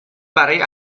برای